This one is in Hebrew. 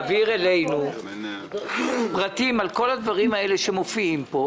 אוהד מעודי יעביר אלינו פרטים על כל הדברים שמופיעים פה,